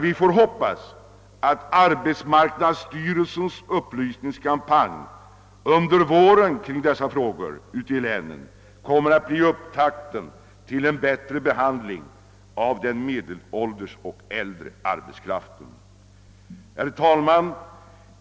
Vi får hoppas att arbetsmarknadsstyrelsens upplysningskampanj i länen kring dessa frågor under våren kommer att bli upptakten till en bättre behandling av den medelålders och äldre arbetskraften. Herr talman!